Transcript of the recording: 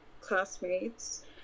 classmates